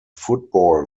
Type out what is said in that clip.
football